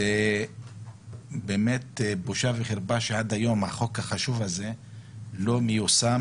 זה באמת בושה וחרפה שעד היום החוק החשוב הזה לא מיושם